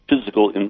physical